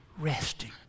resting